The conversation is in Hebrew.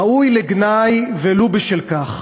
ראוי לגנאי ולו בשל כך.